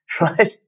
Right